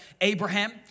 Abraham